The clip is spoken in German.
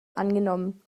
angenommen